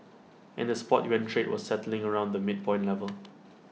and the spot yuan trade was settling around the midpoint level